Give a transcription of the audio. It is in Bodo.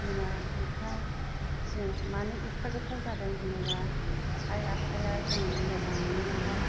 बिमा बिफा जों मानि एफा गोथाव जोदों होनोबा आइ आफाया जों मोजां मोनो नालाय